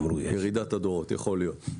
יכול להיות.